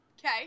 Okay